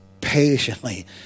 patiently